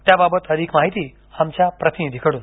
त्या बाबत अधिक माहिती आमच्या प्रतिनिधी कडून